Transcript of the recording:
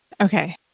Okay